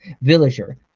Villager